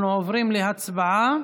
אנחנו עוברים להצבעה.